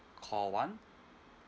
call one